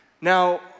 Now